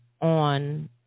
on